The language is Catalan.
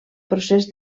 procés